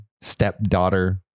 stepdaughter